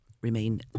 remain